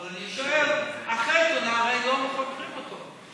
אבל אני שואל: אחרי התלונה, לא חוקרים אותו.